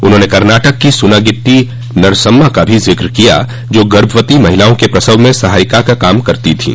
उन्होंने कर्नाटक की सुनागिट्टी नरसम्मा का भी जिक्र किया जो गर्भवती महिलाआ के प्रसव में सहायिका का काम करती थीं